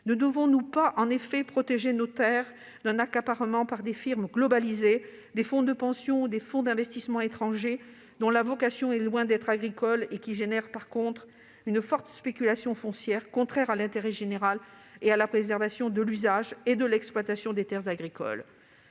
ne devons-nous pas protéger nos terres d'un accaparement, par des firmes globalisées, des fonds de pension ou des fonds d'investissement étrangers dont la vocation est loin d'être agricole et qui, néanmoins, provoquent une forte spéculation foncière contraire à l'intérêt général et à la préservation de l'usage et de l'exploitation des terres agricoles ?